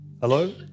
Hello